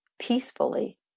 peacefully